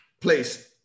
please